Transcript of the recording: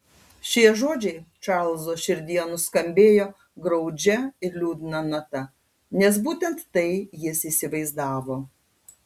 šie žodžiai čarlzo širdyje nuskambėjo graudžia ir liūdna nata nes būtent tai jis įsivaizdavo